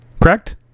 Correct